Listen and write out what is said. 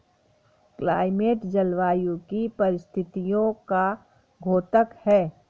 climate जलवायु की परिस्थितियों का द्योतक है